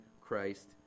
christ